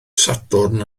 sadwrn